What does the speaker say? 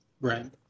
Right